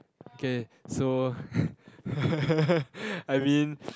okay so I mean